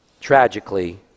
Tragically